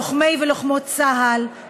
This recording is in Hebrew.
לוחמי ולוחמות צה"ל.